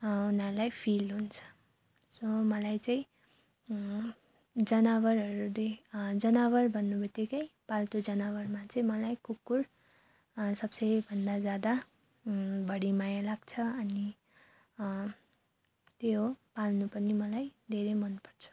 उनाहरूलाई फिल हुन्छ सो मलाई चाहिँ जनावरहरूदेखि जनावर भन्नु बित्तिकै पाल्तु जनावरमा चाहिँ मलाई कुकुर सबसे भन्दा ज्यादा बढी माया लाग्छ अनि त्यही हो पाल्नु पनि मलाई धेरै मनपर्छ